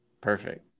perfect